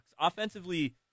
Offensively